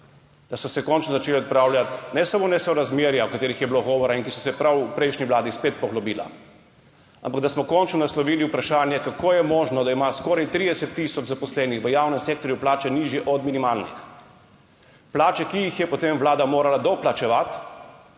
da so se končno začela odpravljati ne samo nesorazmerja, o katerih je bilo govora in ki so se prav v prejšnji vladi spet poglobila, ampak da smo končno naslovili vprašanje, kako je možno, da ima skoraj 30 tisoč zaposlenih v javnem sektorju plače, ki so nižje od minimalnih. Plače, ki jih je potem vlada morala doplačevati